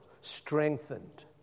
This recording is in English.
strengthened